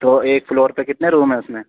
تو ایک فلور پہ کتنے روم ہیں اس میں